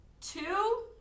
Two